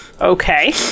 Okay